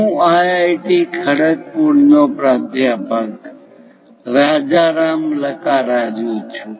હું આઇઆઇટી ખડગપુર નો પ્રાધ્યાપક રાજારામ લકારાજુ છું